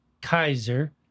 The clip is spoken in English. Kaiser